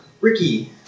Ricky